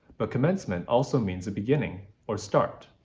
but commencement also means a beginning, or start.